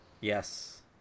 Yes